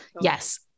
yes